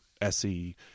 SE